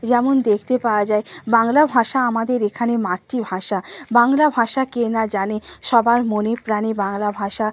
যেমন দেখতে পাওয়া যায় বাংলা ভাষা আমাদের এখানে মাতৃভাষা বাংলা ভাষা কে না জানে সবার মনে প্রাণে বাংলা ভাষা